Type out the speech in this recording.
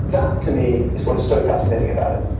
that to me, is what is so fascinating about it.